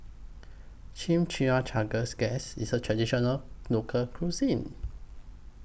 Chimichangas Guess IS A Traditional Local Cuisine